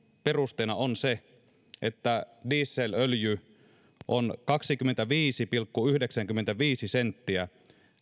perusteena on se että dieselöljy on kaksikymmentäviisi pilkku yhdeksänkymmentäviisi senttiä